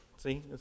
See